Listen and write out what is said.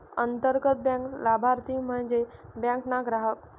अंतर्गत बँक लाभारती म्हन्जे बँक ना ग्राहक